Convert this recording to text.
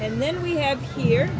and then we have here